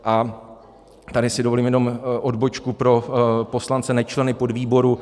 A tady si dovolím jenom odbočku pro poslance nečleny podvýboru.